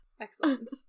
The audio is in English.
Excellent